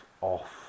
off